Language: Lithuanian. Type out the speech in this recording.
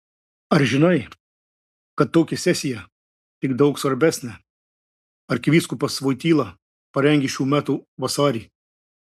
ar žinai kad tokią sesiją tik daug svarbesnę arkivyskupas voityla parengė šių metų vasarį